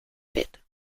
bit